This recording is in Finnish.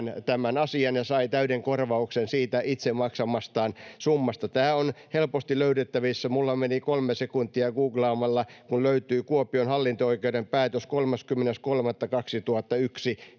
tämän asian ja sai täyden korvauksen siitä itse maksamastaan summasta. Tämä on helposti löydettävissä — minulla meni kolme sekuntia googlaamalla, kun löytyi Kuopion hallinto-oikeuden päätös 30.3.2001